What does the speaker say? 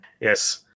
Yes